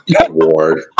award